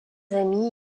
amis